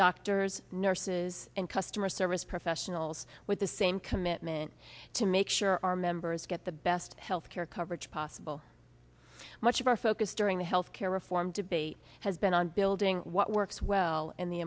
doctors nurses and customer service professionals with the same commitment to make sure our members get the best health care coverage possible much of our focus during the health care reform debate has been on building what works well in the